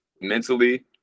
mentally